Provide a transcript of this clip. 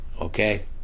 okay